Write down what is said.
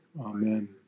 Amen